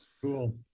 Cool